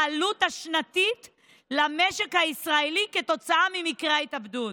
העלות השנתית למשק הישראלי של מקרי התאבדות.